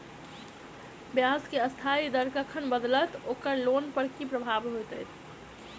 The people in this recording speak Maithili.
ब्याज केँ अस्थायी दर कखन बदलत ओकर लोन पर की प्रभाव होइत?